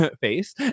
face